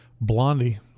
Blondie